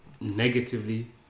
negatively